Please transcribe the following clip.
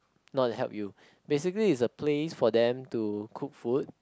not help you basically is a place for them to cook food